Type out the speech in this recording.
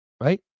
right